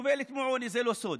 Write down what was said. סובלת מעוני, זה לא סוד.